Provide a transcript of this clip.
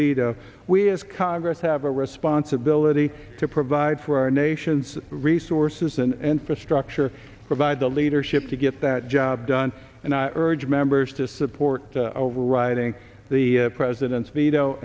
veto we as congress have a responsibility to provide for our nation's resources and infrastructure provide the leadership to get that job done and i urge members to support overriding the president's veto